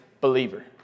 believer